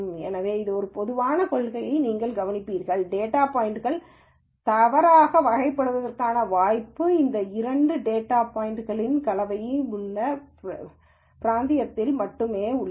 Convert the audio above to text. எனவே ஒரு பொதுவான கொள்கையை நீங்கள் கவனிப்பீர்கள் டேட்டா பாய்ன்ட்கள் தவறாக வகைப்படுத்தப்படுவதற்கான வாய்ப்பு இந்த இந்த இரண்டு டேட்டா பாய்ன்ட்களின் கலவையும் உள்ளது பிராந்தியத்தில் மட்டுமே உள்ளது